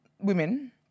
women